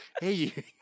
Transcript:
Hey